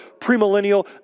premillennial